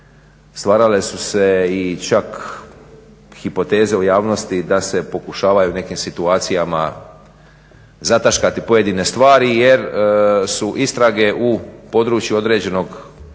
stvarale su se i čak hipoteze u javnosti da se pokušavaju u nekim situacijama zataškati pojedine stvari jer su istrage u području određene sfere